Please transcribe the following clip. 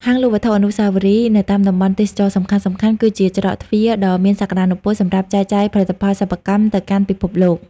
ហាងលក់វត្ថុអនុស្សាវរីយ៍នៅតាមតំបន់ទេសចរណ៍សំខាន់ៗ គឺជាច្រកទ្វារដ៏មានសក្ដានុពលសម្រាប់ចែកចាយផលិតផលសិប្បកម្មទៅកាន់ពិភពលោក។